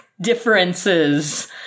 differences